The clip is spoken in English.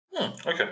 Okay